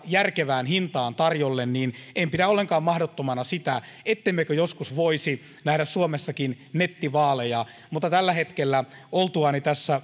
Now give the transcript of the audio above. järkevään hintaan tarjolle niin en pidä ollenkaan mahdottomana sitä ettemmekö joskus voisi nähdä suomessakin nettivaaleja tällä hetkellä oltuani